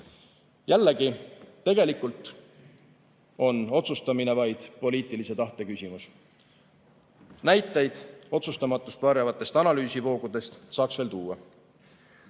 tegelikult on otsustamine vaid poliitilise tahte küsimus. Näiteid otsustamatust varjavatest analüüsivoogudest saaks veel tuua.